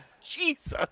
Jesus